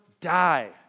die